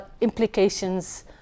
implications